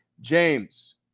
James